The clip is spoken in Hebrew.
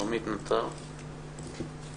אני מנהלת מחלקת פיתוח ארגוני בקופת חולים מאוחדת.